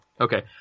Okay